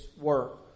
work